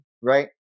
right